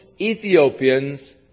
Ethiopians